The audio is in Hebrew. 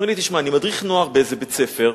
אומר לי: תשמע, אני מדריך נוער באיזה בית-ספר,